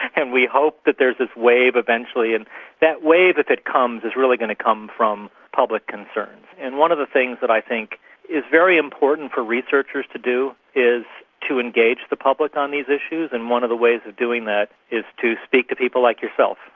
and we hope that there's this wave eventually, and that wave, if it comes, is really going to come from public concerns. and one of the things that i think is very important for researchers to do is to engage the public on these issues, and one of the ways of doing that is to speak to people like yourself,